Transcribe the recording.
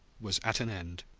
was at an end.